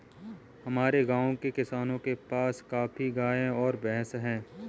हमारे गाँव के किसानों के पास काफी गायें और भैंस है